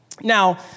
Now